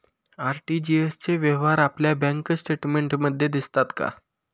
RTGS चे व्यवहार आपल्या बँक स्टेटमेंटमध्ये दिसतात का?